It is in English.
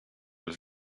was